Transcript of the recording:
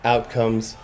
Outcomes